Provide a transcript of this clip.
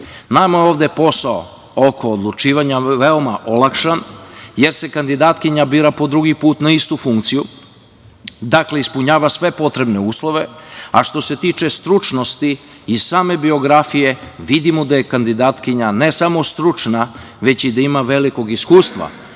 Nama je ovde posao oko odlučivanja veoma olakšan, jer se kandidatkinja bira po drugi put na istu funkciju, dakle, ispunjava sve potrebne uslove, a što se tiče stručnosti i same biografije, vidimo da je kandidatkinja ne samo stručna, već i da ima velikog iskustva,